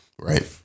Right